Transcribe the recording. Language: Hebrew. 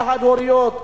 לחד-הוריות.